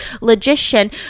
logician